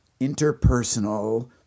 interpersonal